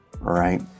right